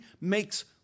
makes